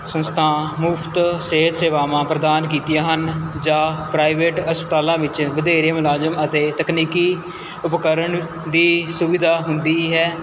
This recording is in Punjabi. ਸੰਸਥਾ ਮੁਫਤ ਸਿਹਤ ਸੇਵਾਵਾਂ ਪ੍ਰਦਾਨ ਕੀਤੀਆਂ ਹਨ ਜਾਂ ਪ੍ਰਾਈਵੇਟ ਹਸਪਤਾਲਾਂ ਵਿੱਚ ਵਧੇਰੇ ਮੁਲਾਜ਼ਮ ਅਤੇ ਤਕਨੀਕੀ ਉਪਕਰਨ ਦੀ ਸੁਵਿਧਾ ਹੁੰਦੀ ਹੈ